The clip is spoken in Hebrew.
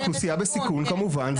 אוכלוסייה בסיכון כמובן,